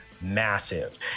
massive